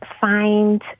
find